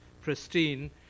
pristine